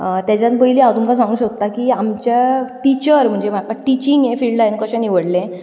ताज्यान पयलीं हांव तुमकां सांगूंक सोदता की आमच्या टिचर म्हणजे म्हाका टिचींग फिल्ड हांवें कशें निवडलें